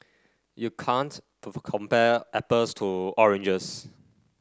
you can't compare apples to oranges